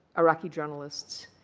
iraqi journalists.